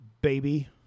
baby